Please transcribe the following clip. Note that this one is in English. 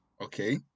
okay